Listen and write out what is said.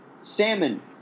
Salmon